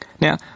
Now